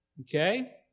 okay